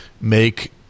Make